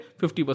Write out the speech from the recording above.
50%